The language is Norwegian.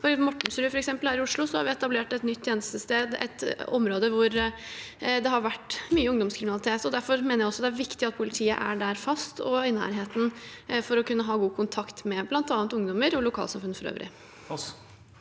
Mortensrud her i Oslo har vi etablert et nytt tjenestested. Det er et område hvor det har vært mye ungdomskriminalitet. Derfor mener jeg også det er viktig at politiet er der fast og i nærheten for å kunne ha god kontakt med bl.a. ungdommer og lokalsamfunnet for øvrig.